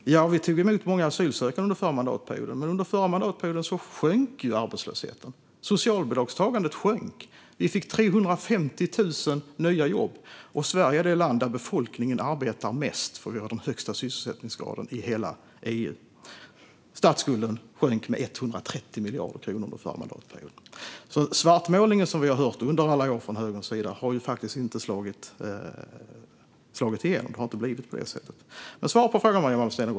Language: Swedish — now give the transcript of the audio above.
Ja, under den förra mandatperioden tog vi emot många asylsökande, men under den förra mandatperioden sjönk också arbetslösheten. Socialbidragstagandet sjönk. Vi fick 350 000 nya jobb, och Sverige är det land där befolkningen arbetar mest. Vi har den högsta sysselsättningsgraden i hela EU. Statsskulden sjönk med 130 miljarder kronor under den förra mandatperioden. Det har alltså inte blivit som i den svartmålning vi under alla år har hört från högerns sida. Jag vill att Maria Malmer Stenergard svarar på frågan.